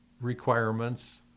requirements